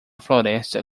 floresta